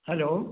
hello